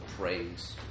praise